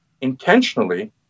intentionally